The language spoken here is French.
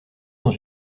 dans